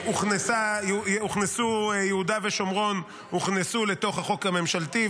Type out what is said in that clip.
הוכנסו יהודה ושומרון לתוך החוק הממשלתי,